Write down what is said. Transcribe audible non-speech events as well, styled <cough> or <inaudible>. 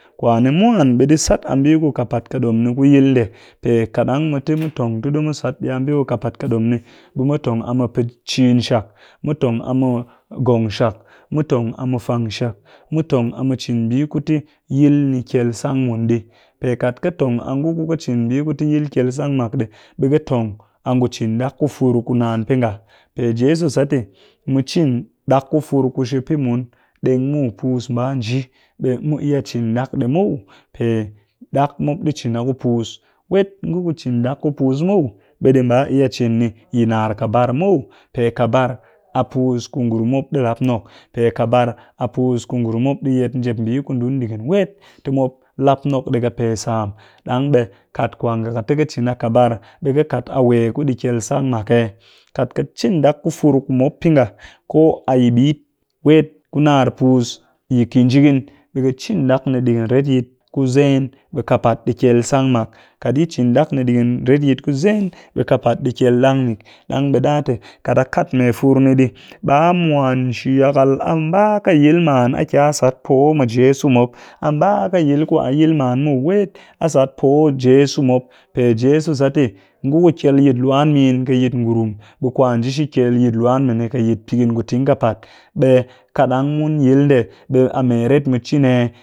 Kwani mwan ɓe ɗi sat a mbii ku ƙɨpaat ƙɨ ɗom ni ku yil ndee, pe kat ɗang mu tong ti ɗi mu sat ɗii a mbii ku ƙɨpaat ƙɨ dom ni, ɓe mu tong a mu pɨ cin shak, mu tong a mu ngong shak, mu tong a mu fwangshak, mu tong a mu cin mbii ku ti yil ni kyel sang mun ɗii. Pe kat ka tong a ngu ku ka cin mbii ti yil kyel sang mun ɗii, pe kat ka tong a ngu ku cin mbii ku ti yil kyel sang mak ɗii, ɓe ka tong a ngu cin ɗak ku fur ku naan pɨ nga pe jeso sat te mu cin ɗak ku fur ku shi pɨ mun ɗeng mu puus mba nji ɓe mu iya cin ɗak ɗii muw pe ɗak mop ɗi cin a ku puus, wet ngu ku cin ɗak ku puus muw ɓe ɗi mba iya cin ni yi nnar ƙabar muw pe ƙabar a puus ku ngurum mop ɗi lap nok, pe ƙabar a puus. ku ngurum mop ɗi yet njep mbii ku dun ɗigin wet ti mop lap nok ɗii ƙɨ pee sam ɗang ɓe kat kwa nga ka te ka cin a ƙabar ɓe ka kat a wee ku ɗii kyel sang mak eh? Kat ka cin ɗak ku fur ku mop pɨ nga ko yi a ɓit wet ku nnar puus, yi kinjigin ɓe ka cin ɗak ɗigin retyit ku zen ɓe ƙɨpaat ɗi kyel sang mak, kat yi cin ɗak ni ku retyit ku zen ɓe ƙɨpaat ɗi kyel <unintelligible> mik ɗang ɓe ɗa te kat a kat mee fur ni ɗii ɓe a mwan shi-yakal a mba ƙɨ yil man a ki a sat poo mɨ jeso mop a mba ƙɨ yil ku a yil man muw wet a sat poo jeso mop, pe jeso sat te ngu ku kyel yitluwan min ƙɨ yit ngurum ɓe kwa nji shi kyel yit luwan mini ƙɨ yit pikin ku ting ƙɨpaat. Ɓe kat ɗang mun yil ndee a mme ret mu cin eh?